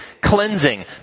cleansing